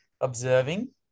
observing